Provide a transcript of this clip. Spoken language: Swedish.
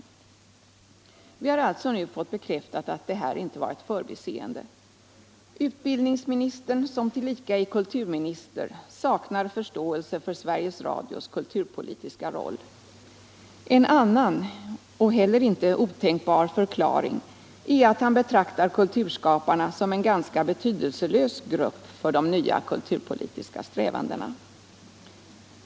Vi har alltså nu fått bekräftat att detta inte var ett förbiseende. Utbildningsministern, som tillika är kulturminister, saknar förståelse för Sveriges Radios kulturpolitiska roll. En annan, och inte heller otänkbar, förklaring är att han betraktar kulturskaparna som en ganska betydelselös grupp för de nya kulturpolitiska strävandena.